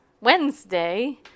Wednesday